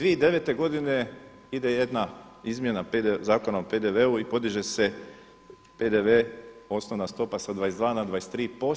2009. godine ide jedna izmjena Zakona o PDV-u i podiže se PDV-e osnovna stopa sa 22 na 23%